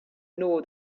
know